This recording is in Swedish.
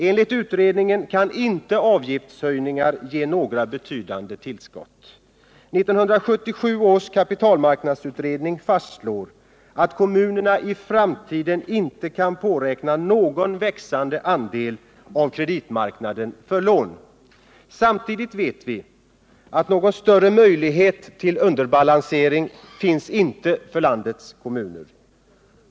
Enligt utredningen kan inte avgiftshöjningar ge några betydande tillskott. 1977 års kapitalmarknadsutredning fastslår att kommunerna i framtiden inte kan påräkna någon växande andel av kreditmarknaden för lån. Samtidigt vet vi att någon större möjlighet till underbalansering av budgeten inte finns för landets kommuner.